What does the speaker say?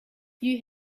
you